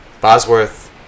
Bosworth